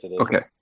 okay